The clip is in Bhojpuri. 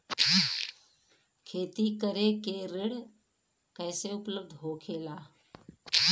खेती करे के ऋण कैसे उपलब्ध होखेला?